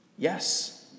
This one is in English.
Yes